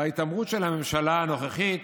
בהתעמרות של הממשלה הנוכחית